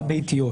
הביתיות.